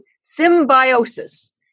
symbiosis